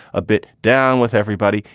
a bit down with everybody.